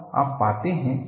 और आप पाते हैं